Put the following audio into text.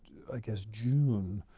i guess, june,